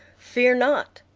fear not!